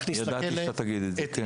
ידעתי שאתה תגיד את זה.